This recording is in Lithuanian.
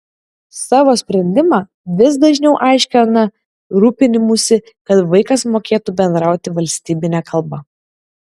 savo sprendimą vis dažniau aiškina rūpinimųsi kad vaikas mokėtų bendrauti valstybine kalba